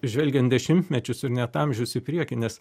žvelgiant dešimtmečius ir net amžius į priekį nes